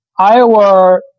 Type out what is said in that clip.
Iowa